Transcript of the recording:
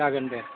जागोन दे